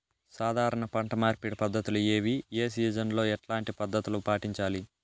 సాధారణ పంట మార్పిడి పద్ధతులు ఏవి? ఏ సీజన్ లో ఎట్లాంటి పద్ధతులు పాటించాలి?